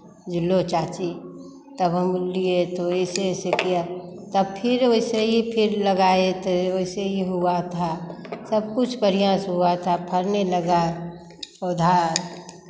जे लो चाची तब हम लिये तो वैसे वैसे किया तब फिर वैसे ही फिर लगाए तो वैसे ही हुआ था सब कुछ बढ़ियाँ से हुआ था फड़ने लगा पौधा